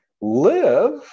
live